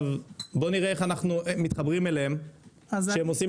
בוא נראה איך אנחנו מתחברים אליהם כשהם עושים